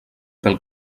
pel